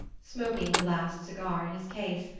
smoking the last cigar in his case,